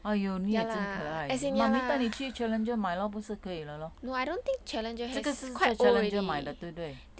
!aiyo! 你也真可爱 mummy 带你去 challenger 买 lor 不是可以了 lor 这个是 challenger 买的对不对